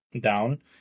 down